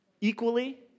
equally